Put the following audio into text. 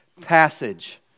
passage